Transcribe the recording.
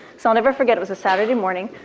so i'll never forget, it was a saturday morning.